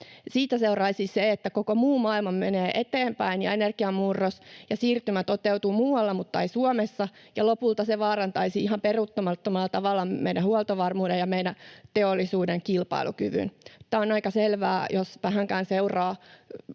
Siitä seuraisi se, että koko muu maailma menee eteenpäin ja energiamurros ja ‑siirtymä toteutuvat muualla, mutta ei Suomessa, ja lopulta se vaarantaisi ihan peruuttamattomalla tavalla meidän huoltovarmuutemme ja meidän teollisuutemme kilpailukyvyn. Tämä on aika selvää, jos vähänkään seuraa